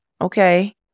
okay